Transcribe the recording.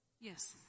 Yes